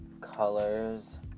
colors